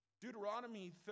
Deuteronomy